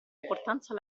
importanza